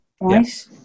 right